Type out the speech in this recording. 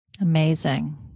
Amazing